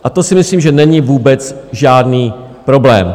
A to si myslím, že není vůbec žádný problém.